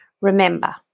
Remember